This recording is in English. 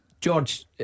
George